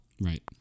right